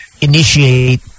initiate